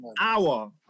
hour